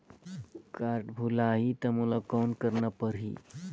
Card भुलाही ता मोला कौन करना परही?